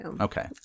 Okay